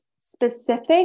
specific